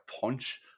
punch